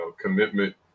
commitment